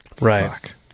Right